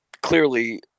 clearly